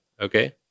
Okay